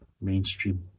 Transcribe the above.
mainstream